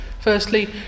Firstly